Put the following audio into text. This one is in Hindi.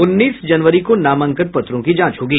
उन्नीस जनवरी को नामांकन पत्रों की जांच होगी